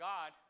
God